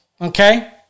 okay